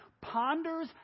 ponders